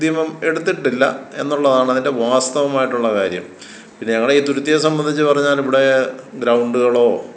ഉദ്യമം എടുത്തിട്ടില്ല എന്നുള്ളതാണതിൻ്റെ വാസ്തവമായിട്ടുള്ള കാര്യം പിന്നെ ഞങ്ങളുടെ ഈ തുരുത്തിയെ സംബന്ധിച്ച് പറഞ്ഞാലിവിടെ ഗ്രൗണ്ടുകളോ